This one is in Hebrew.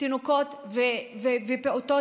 תינוקות ופעוטות.